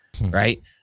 Right